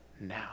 now